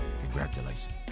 congratulations